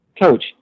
Coach